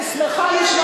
מדינות כמו סין.